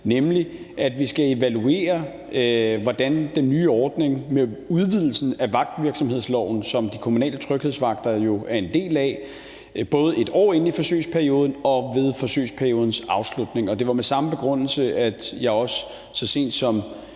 nemlig at vi skal evaluere, hvordan det går med den nye ordning med udvidelsen af vagtvirksomhedsloven, som de kommunale tryghedsvagter jo er en del af, både 1 år inde i forsøgsperioden og ved forsøgsperiodens afslutning. Og det var med samme begrundelse, jeg så sent som